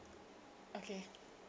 okay